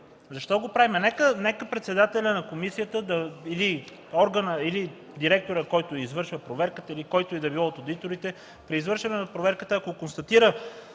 Защо го правим? Нека председателят на комисията или органът, или директорът, който извършва проверката, или който и да бил от одиторите при извършване на проверката, ако констатира